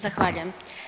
Zahvaljujem.